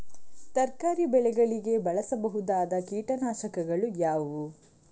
ತರಕಾರಿ ಬೆಳೆಗಳಿಗೆ ಬಳಸಬಹುದಾದ ಕೀಟನಾಶಕಗಳು ಯಾವುವು?